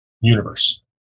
universe